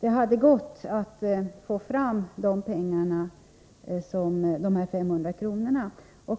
Det hade gått att få fram medel för en barnbidragshöjning med 500 kr.